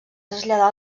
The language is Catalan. traslladar